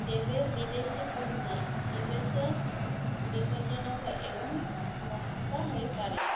ତେବେ ବିଦେଶୀ ପୁଞ୍ଜି ନିବେଶ ବିପଜ୍ଜନକ ଏବଂ ମହଙ୍ଗା ହୋଇପାରେ